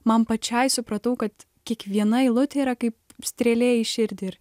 man pačiai supratau kad kiekviena eilutė yra kaip strėlė į širdį ir